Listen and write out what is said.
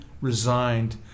resigned